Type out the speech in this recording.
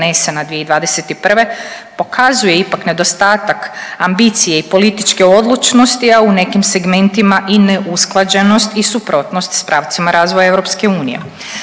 donesena 2021. pokazuje ipak nedostatak ambicije i političke odlučnosti, a u nekim segmentima i neusklađenost i suprotnost s pravcima razvoja EU.